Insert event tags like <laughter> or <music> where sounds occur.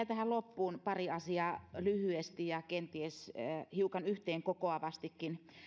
<unintelligible> tähän loppuun pari asiaa lyhyesti ja kenties hiukan yhteen kokoavastikin